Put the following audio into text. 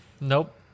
nope